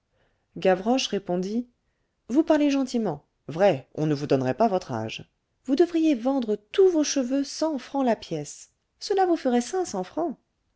gavroche répondit vous parlez gentiment vrai on ne vous donnerait pas votre âge vous devriez vendre tous vos cheveux cent francs la pièce cela vous ferait cinq cents francs